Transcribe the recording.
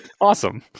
awesome